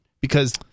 Because-